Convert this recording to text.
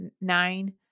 nine